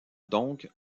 donc